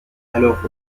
alors